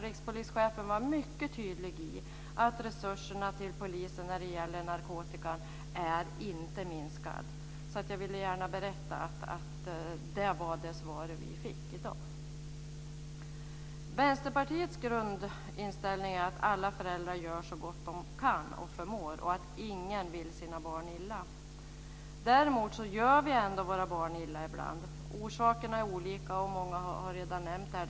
Rikspolischefen var mycket tydlig och sade att resurserna till polisen när det gäller narkotikan inte har minskat. Jag ville gärna berätta att det var det svar vi fick i dag. Vänsterpartiets grundinställning är att alla föräldrar gör så gott de kan och förmår och att ingen vill sina barn illa. Däremot gör vi ändå våra barn illa ibland. Orsakerna är olika, och många har redan nämnt detta.